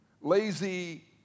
Lazy